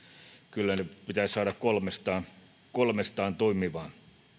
kyllä heidät pitäisi saada kolmestaan kolmestaan toimimaan